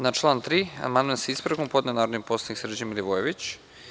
Na član 3. amandman sa ispravkom podneo je narodni poslanik Srđan Milivojević.